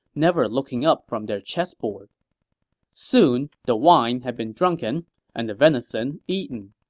never looking up from their chess board soon, the wine had been drunken and the venison eaten.